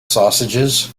sausages